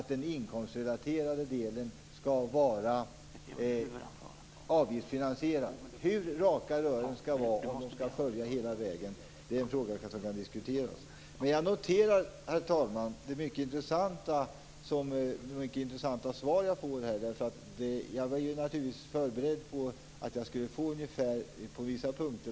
Den inkomstrelaterade delen skall också vara avgiftsfinansierad. Hur raka rören skall vara, det är en fråga som kan diskuteras. Herr talman! Jag noterar det mycket intressanta svar som jag fick. Jag var naturligtvis förberedd på att jag skulle få ett sådant svar på vissa punkter.